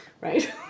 Right